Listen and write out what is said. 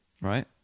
Right